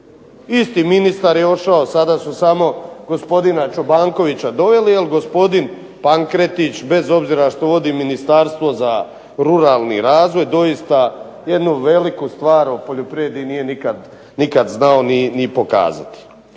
isti ministar je otišao, sada su samo gospodina Čobankovića doveli, jer gospodin Pankretić bez obzira što vodi Ministarstvo za ruralni razvoj, doista jednu veliku stvar o poljoprivredi nije nikad znao ni pokazati.